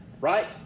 Right